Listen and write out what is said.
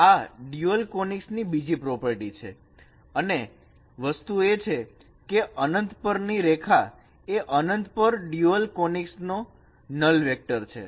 આ dual conics ની બીજી પ્રોપર્ટી છે અને વસ્તુ એ છે કે અનંત પર ની રેખા એ અનંત પર ડ્યુઅલ કોનીકસ નો નલ વેક્ટર છે